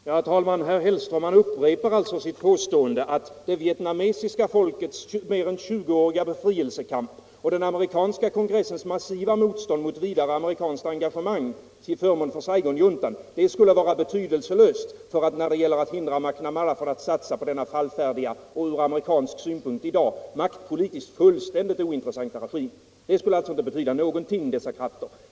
Herr talman! Herr Hellström upprepar sitt påstående att det vietnamesiska folkets mer än 20-åriga befrielsekamp och den amerikanska kongressens massiva motstånd mot vidare amerikanskt engagemang till förmån för Saigonjuntan skulle vara betydelselöst när det gäller att hindra McNamara att satsa på denna fallfärdiga och från amerikansk synpunkt i dag maktpolitiskt fullständigt ointressanta regim. Dessa krafter skulle alltså inte betyda någonting.